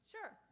Sure